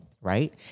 right